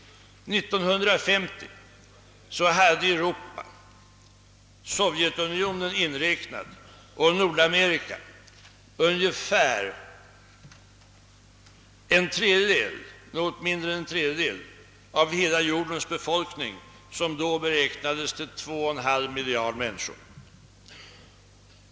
1950 hade Europa, Sovjetunionen inräknad, och Nordamerika något mindre än en tredjedel av hela jordens befolkning, som då beräknades till 2,5 miljarder människor.